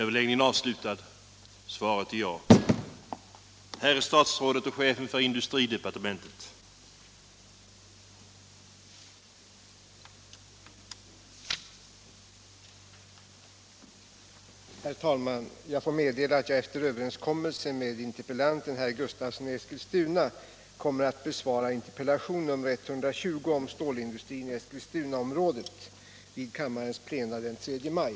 Herr talman! Jag får meddela att jag efter överenskommelse med interpellanten, herr Gustavsson i Eskilstuna, kommer att besvara interpellationen 1976/77:120 om hotet mot stålindustrin i Eskilstunaområdet vid kammarens plenum den 3 maj.